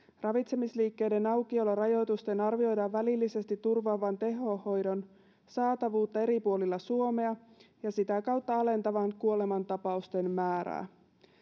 ravitsemisliikkeiden aukiolorajoitusten arvioidaan välillisesti turvaavan tehohoidon saatavuutta eri puolilla suomea ja sitä kautta alentavan kuolemantapausten määrää